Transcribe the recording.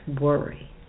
worry